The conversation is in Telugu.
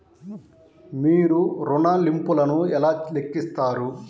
మీరు ఋణ ల్లింపులను ఎలా లెక్కిస్తారు?